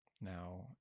now